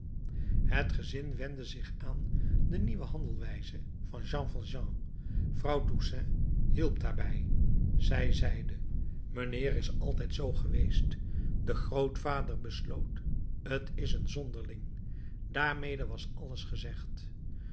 het gezin gewende zich aan de nieuwe handelwijze van jean valjean vrouw toussaint hielp daarbij zij zeide mijnheer is altijd z geweest de grootvader besloot t is een zonderling daarmede was alles gezegd